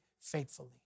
faithfully